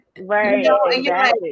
right